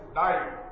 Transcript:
die